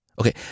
Okay